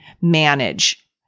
manage